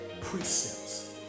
precepts